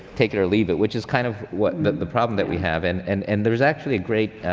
take it or leave it, which is kind of what the problem that we have. and and and there's actually a great,